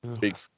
big